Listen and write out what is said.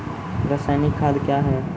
रसायनिक खाद कया हैं?